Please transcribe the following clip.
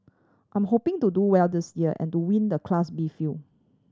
I'm hoping to do well this year and to win the Class B field